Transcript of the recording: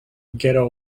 ghetto